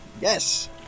Yes